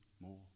more